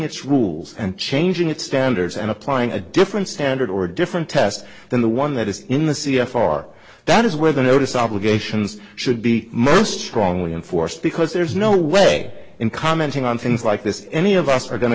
its rules and changing its standards and applying a different standard or a different test than the one that is in the c f r that is where the notice obligations should be most strongly enforced because there's no way in commenting on things like this any of us are going to